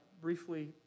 briefly